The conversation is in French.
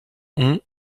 ont